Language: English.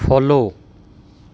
follow